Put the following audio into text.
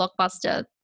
Blockbuster